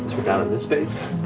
we're down in this space.